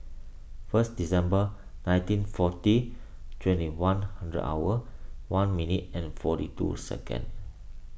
first December nineteen forty twenty one hundred hour one minute and forty two seconds